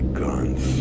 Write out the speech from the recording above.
guns